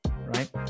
right